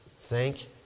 Thank